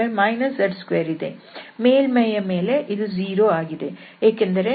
ಮೇಲ್ಮೈಯ ಮೇಲೆ ಇದು 0 ಆಗಿದೆ ಏಕೆಂದರೆ ನಮ್ಮ ಮೇಲ್ಮೈ x2y2z2